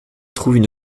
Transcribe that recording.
trouvent